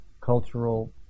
cultural